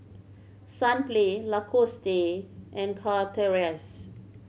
Sunplay Lacoste and Chateraise